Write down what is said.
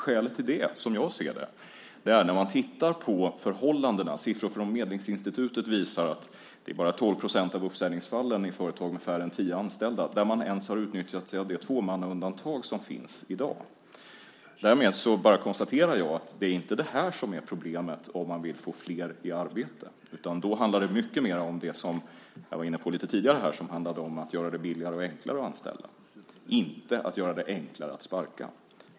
Skälet till det, som jag ser det, är att när man tittar på förhållandena ser man att siffror från Medlingsinstitutet visar att det bara är i 12 % av uppsägningsfallen vid företag med färre än tio anställda som man ens har utnyttjat sig av det tvåmannaundantag som finns i dag. Därmed bara konstaterar jag att det inte är det här som är problemet om man vill få fler i arbete. Då handlar det mycket mer om det som jag var inne på lite tidigare, som handlade om att göra det billigare och enklare att anställa, inte att göra det enklare att sparka.